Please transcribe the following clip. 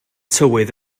tywydd